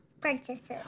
Princesses